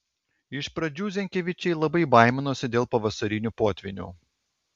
iš pradžių zenkevičiai labai baiminosi dėl pavasarinių potvynių